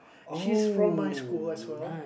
she's from my school as well